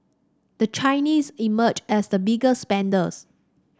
the Chinese emerged as the biggest spenders